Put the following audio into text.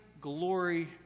glory